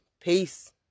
Peace